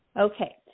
Okay